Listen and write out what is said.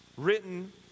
written